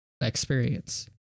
experience